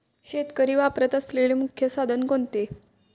शेतकरी वापरत असलेले मुख्य साधन कोणते?